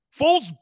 Foles